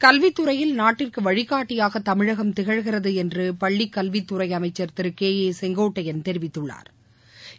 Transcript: கல்வித்துறையில் நாட்டிற்குவழிகாட்டியாகதமிழகம் திகழ்கிறதுஎன்றுபள்ளிகல்வித்துறைஅமைச்சள் திருகே ஏ செங்கோட்டையன் தெரிவித்துள்ளாா்